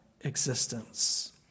existence